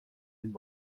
mind